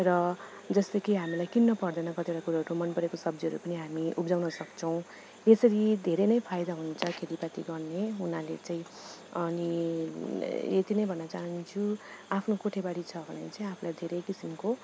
र जस्तो कि हामीलाई किन्न पर्दैन कतिवटा कुरोहरू मन परेको सब्जीहरू पनि हामी उब्जाउन सक्छौँ यसरी धेरै नै फाइदा हुन्छ खेतीपाती गर्ने हुनाले चाहिँ अनि यति नै भन्न चाहन्छु आफ्नो कोठेबारी छ भने चाहिँ आफूलाई धेरै किसिमको